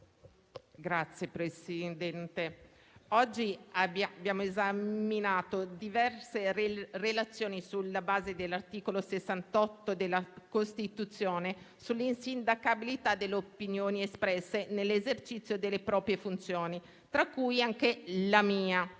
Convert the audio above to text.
Signor Presidente, oggi abbiamo esaminato diverse relazioni sulla base dell'articolo 68 della Costituzione sull'insindacabilità delle opinioni espresse dai parlamentari nell'esercizio delle proprie funzioni, tra cui anche la mia.